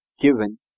given